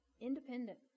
independent